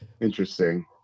Interesting